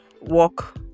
walk